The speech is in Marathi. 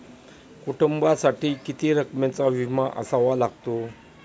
कुटुंबासाठी किती रकमेचा विमा असावा लागतो?